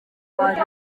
bari